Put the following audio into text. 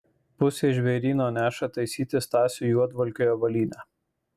pusė žvėryno neša taisyti stasiui juodvalkiui avalynę